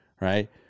right